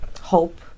hope